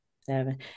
Seven